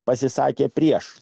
pasisakė prieš